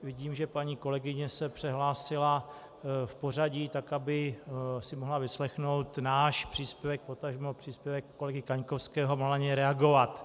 Vidím, že paní kolegyně se přehlásila v pořadí tak, aby si mohla vyslechnout náš příspěvek, potažmo příspěvek kolegy Kaňkovského, a mohla na něj reagovat.